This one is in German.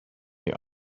mir